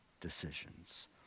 decisions